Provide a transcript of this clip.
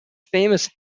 famous